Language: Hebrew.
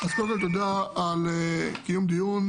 קודם כל תודה על קיום הדיון